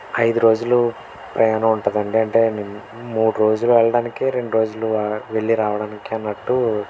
ఐదు రోజులు ప్రయాణం ఉంటుంది అండి అంటే మేము మూడు రోజులు వెళ్ళడానికి రెండు రోజులు వెళ్ళి రావడానికి అన్నట్టు